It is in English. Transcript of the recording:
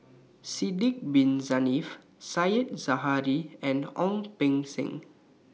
Sidek Bin Saniff Said Zahari and Ong Beng Seng